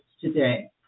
today